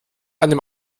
einem